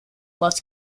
lutz